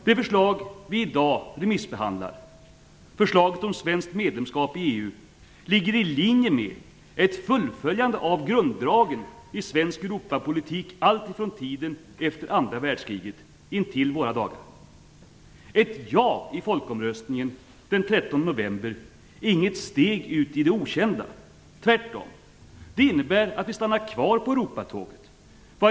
Det förslag som vi i dag remissbehandlar, förslaget om svenskt medlemskap i EU, ligger i linje med ett fullföljande av grunddragen i svensk Europapolitik, alltifrån tiden efter andra världskriget intill våra dagar. Ett ja i folkomröstningen den 13 november är inget steg ut i det okända - tvärtom! Det innebär att vi stannar kvar på Europatåget.